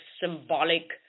symbolic